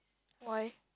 why